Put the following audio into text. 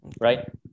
right